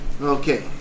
Okay